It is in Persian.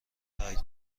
برگ